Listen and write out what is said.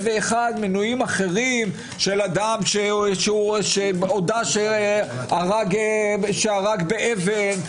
מינויים ואחד אחרים של אדם שהודה שהרג באבן,